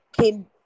came